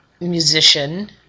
musician